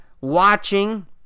watching